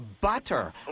butter